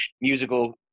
musical